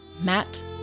Matt